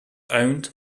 owned